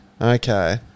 Okay